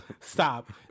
Stop